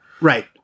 Right